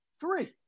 three